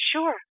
Sure